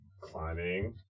climbing